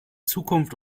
zukunft